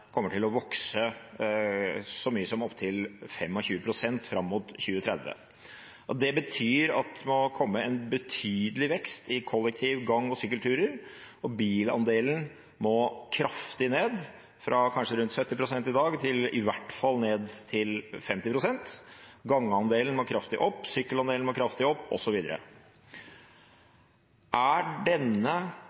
kommer til å vokse så mye som opptil 25 pst. fram mot 2030. Det betyr at det må komme en betydelig vekst i kollektivtransport, gange og sykkel, og bilandelen må kraftig ned, fra kanskje rundt 70 pst. i dag til i hvert fall 50 pst., gangeandelen må kraftig opp, sykkelandelen må kraftig opp osv. Er denne